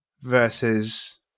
versus